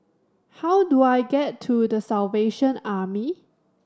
how do I get to The Salvation Army